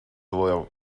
loyal